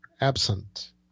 absent